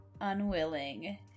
unwilling